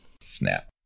Snap